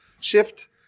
shift